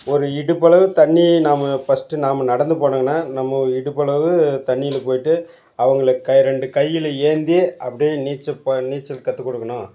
ஒரு இடுப்பளவு தண்ணி நாம் ஃபஸ்ட்டு நாம் நடந்து போனங்கனால் நம்ம இடுப்பளவு தண்ணியில் போயிட்டு அவங்கள கை ரெண்டு கையில் ஏந்தி அப்படியே நீச்சல் ப நீச்சல் கற்றுக் கொடுக்கணும்